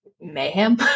mayhem